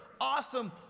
awesome